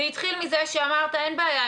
זה התחיל מזה שאמרת שאין בעיה,